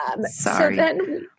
sorry